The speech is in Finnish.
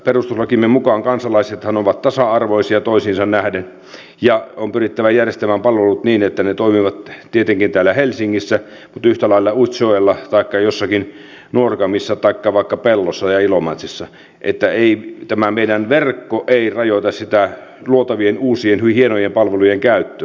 perustuslakimme mukaan kansalaisethan ovat tasa arvoisia toisiinsa nähden ja on pyrittävä järjestämään palvelut niin että ne toimivat tietenkin täällä helsingissä mutta yhtä lailla utsjoella taikka jossakin nuorgamissa taikka vaikka pellossa ja ilomantsissa niin että ei tämä meidän verkko rajoita sitä luotavien uusien hienojen palvelujen käyttöä